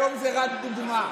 היום זאת רק דוגמה.